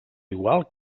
igual